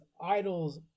idols